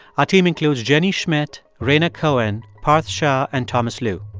our team includes jenny schmidt, rhaina cohen, parth shah and thomas lu